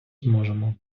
зможемо